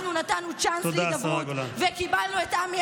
אנחנו נתנו צ'אנס להידברות וקיבלנו את עמי